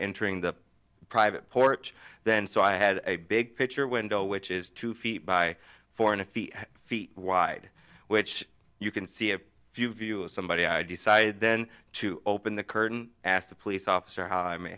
entering the private porch then so i had a big picture window which is two feet by four and a few feet wide which you can see a few view of somebody i decided then to open the curtain ask the police officer how i may